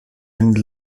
and